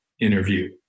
interview